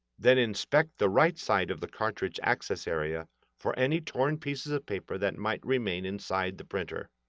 then inspect the right side of the cartridge access area for any torn pieces of paper that might remain inside the printer.